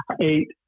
eight